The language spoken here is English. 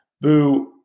Boo